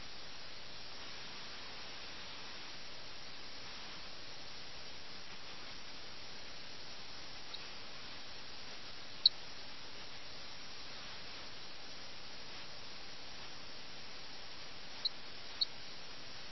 'രാജാവ് മുതൽ പാവപ്പെട്ടവൻ വരെ എല്ലാവരും ഈ സുഖങ്ങളിൽ മുഴുകിയിരിക്കുന്നു